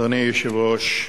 אדוני היושב-ראש,